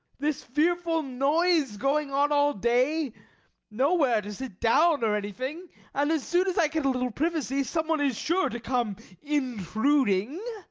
this fearful noise going on all day nowhere to sit down or anything and as soon as i get a little privacy someone is sure to come intruding.